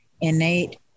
innate